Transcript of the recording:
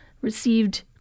received